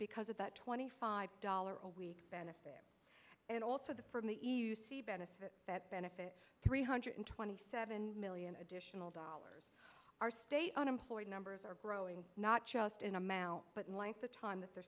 because of that twenty five dollars a week benefit and also the from the benefits that benefit three hundred twenty seven million additional dollars our state unemployed numbers are growing not just in amount but in length the time that they're